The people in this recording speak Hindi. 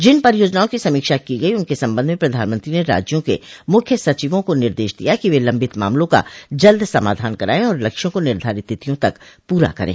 जिन परियोजनाओं की समीक्षा की गई उनके संबंध में प्रधानमंत्री ने राज्यों के मुख्य सचिवों को निर्देश दिया कि वे लंबित मामलों का जल्द समाधान करें और लक्ष्यों को निर्धारित तिथियों तक पूरा करें